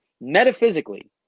metaphysically